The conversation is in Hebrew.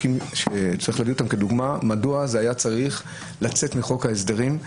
החוקים שצריך לתת אותם כדוגמה מדוע זה היה צריך לצאת מחוק ההסדרים.